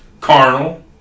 carnal